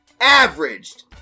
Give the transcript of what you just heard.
averaged